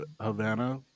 Havana